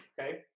Okay